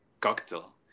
cocktail